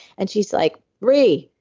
and she's, like ree,